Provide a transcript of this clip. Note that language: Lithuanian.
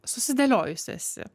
susidėliojusi esi